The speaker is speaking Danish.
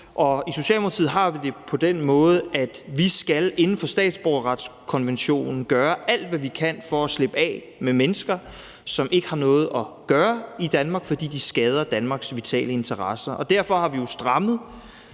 I Socialdemokratiet har vi det på den måde, at vi inden for statsborgerretskonventionen skal gøre alt, hvad vi kan, for at slippe af med mennesker, som ikke har noget at gøre i Danmark, fordi de skader Danmarks vitale interesser. Derfor har vi jo strammet